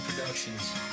Productions